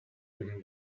him